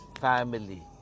family